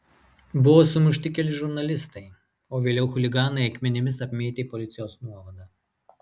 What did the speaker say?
buvo sumušti keli žurnalistai o vėliau chuliganai akmenimis apmėtė policijos nuovadą